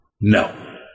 No